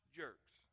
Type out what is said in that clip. jerks